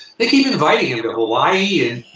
they keep inviting him to hawaii and